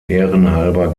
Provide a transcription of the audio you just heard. ehrenhalber